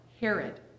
Herod